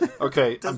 Okay